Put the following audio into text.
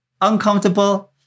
uncomfortable